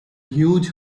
huge